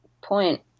point